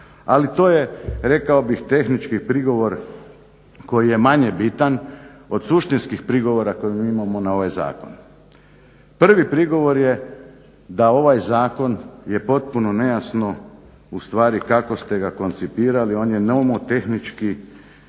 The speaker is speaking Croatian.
Ali to je rekao bih tehnički prigovor koji je manje bitan od suštinskih prigovora koji mi imamo na ovaj zakon. Prvi prigovor da je ovaj zakon potpuno nejasno ustvari kako ste ga koncipirali on je nomotehničke